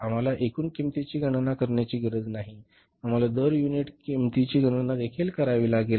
आम्हाला एकूण किंमतीची गणना करण्याची गरज नाही आम्हाला दर युनिट किंमतीची गणना देखील करावी लागेल